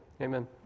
Amen